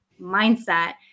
mindset